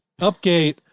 Upgate